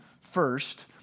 first